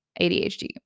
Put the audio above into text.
ADHD